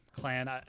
Clan